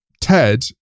ted